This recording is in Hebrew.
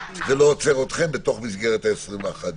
זה לא יעצור אתכם בתוך מסגרת 21 הימים.